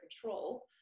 control